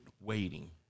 waiting